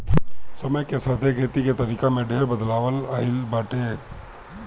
समय के साथे खेती के तरीका में ढेर बदलाव आइल बाटे